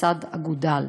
בצד אגודל.